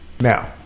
Now